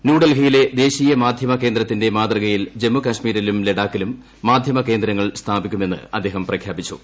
ന്യൂഡൽഹിയിലെ ദേശീയ മാധ്യമ കേന്ദ്രത്തിന്റെ മാതൃകയിൽ ജമ്മുകശ്മീരിലും ലഡാക്കിലും മാധ്യമകേന്ദ്രങ്ങൾ സ്ഥാപിക്കുമെന്ന് അദ്ദേഹം പ്രഖ്യാപിച്ചു